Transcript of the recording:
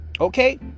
Okay